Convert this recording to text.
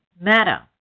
matter